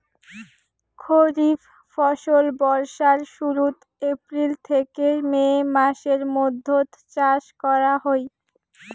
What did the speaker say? খরিফ ফসল বর্ষার শুরুত, এপ্রিল থেকে মে মাসের মৈধ্যত চাষ করা হই